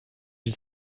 die